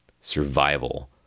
survival